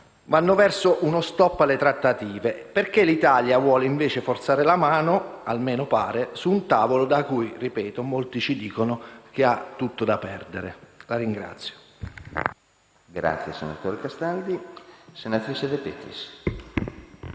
vanno verso uno stop alle trattative, chiedo perché l'Italia vuole invece forzare la mano - almeno pare - su un tavolo da cui, ripeto, molti ci dicono che ha tutto da perdere.